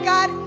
God